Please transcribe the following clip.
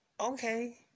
okay